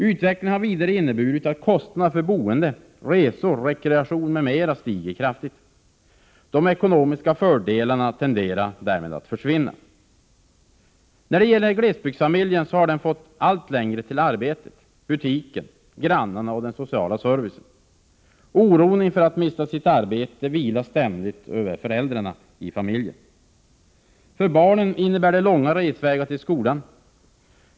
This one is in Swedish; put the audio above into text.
Utvecklingen har vidare inneburit att kostnader för boende, resor, rekreation m.m. stiger kraftigt. De ekonomiska fördelarna tenderar därmed att försvinna. När det gäller glesbygdsfamiljen kan konstateras att den har fått allt längre till arbetet, butiken, grannarna och den sociala servicen. Oron inför att mista sitt arbete vilar ständigt över föräldrarna i familjen. För barnen innebär det långa resvägar till skolan.